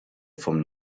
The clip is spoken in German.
vom